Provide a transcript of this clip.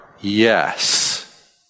yes